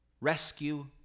rescue